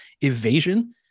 evasion